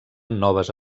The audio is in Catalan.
noves